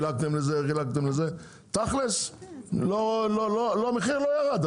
חילקתם לזה וחילקתם לזה, תכלס המחיר לא ירד.